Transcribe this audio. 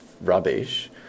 rubbish